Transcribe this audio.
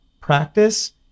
practice